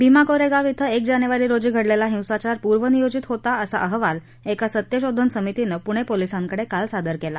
भीमा कोरात्वि इथं एक जानद्वारी रोजी घडलत्ती हिंसाचार पूर्वनियोजित होता असा अहवाल एका सत्यशोधन समितीनं पुणत्रीलिसांकडक काल सादर क्ली